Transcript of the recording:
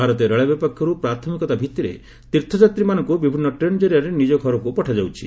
ଭାରତୀୟ ରେଳବାଇ ପକ୍ଷରୁ ପ୍ରାଥମିକ ଭିତ୍ତିରେ ତୀର୍ଥଯାତ୍ରୀମାନଙ୍କୁ ବିଭିନ୍ନ ଟ୍ରେନ୍ ଜରିଆରେ ନିଜ ଘରକୁ ପଠାଯାଉଛି